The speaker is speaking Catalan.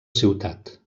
ciutat